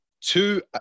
Two